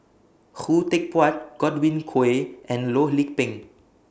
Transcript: Khoo Teck Puat Godwin Koay and Loh Lik Peng